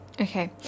Okay